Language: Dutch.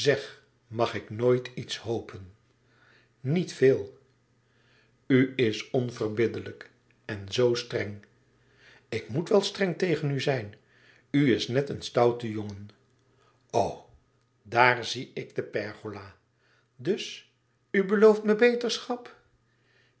mag ik nooit iets hopen niet veel u is onverbiddelijk en zoo streng ik moet wel streng tegen u zijn u is net een stoute jongen o daar zie ik de pergola dus u belooft me beterschap